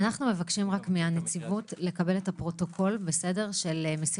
אנחנו מבקשים רק מהנציבות לקבל את הפרוטוקול של מסירת